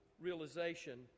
realization